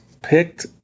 picked